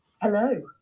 Hello